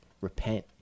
Repent